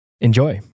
Enjoy